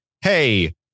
hey